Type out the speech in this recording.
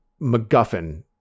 MacGuffin